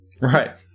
Right